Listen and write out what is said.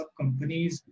companies